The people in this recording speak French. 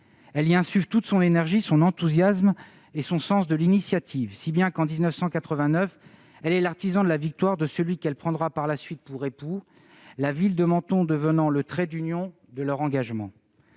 Elle y insuffle toute son énergie, son enthousiasme et son sens de l'initiative, si bien que, en 1989, elle est l'artisan de la victoire de celui qu'elle prendra par la suite pour époux, la ville de Menton devenant le trait d'union de leur engagement.